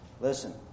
Listen